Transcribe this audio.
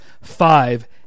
five